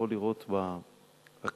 יכול לראות את ההקדמה